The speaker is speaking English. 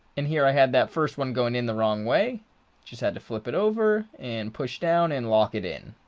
and here i had that first one going in the wrong way just had to flip it over and push down and lock it in,